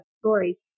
story